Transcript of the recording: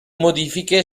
modifiche